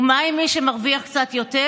ומה עם מי שמרוויח קצת יותר?